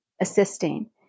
assisting